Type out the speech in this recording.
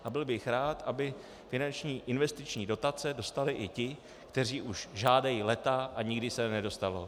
A byl bych rád, aby finanční investiční dotace dostali i ti, kteří už žádají léta, a nikdy se nedostalo.